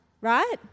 right